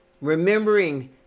Remembering